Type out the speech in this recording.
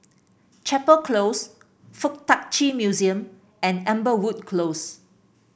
Chapel Close FuK Tak Chi Museum and Amberwood Close